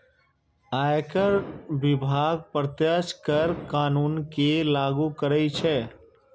आयकर विभाग प्रत्यक्ष कर कानून कें लागू करै छै